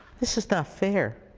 this is not fair,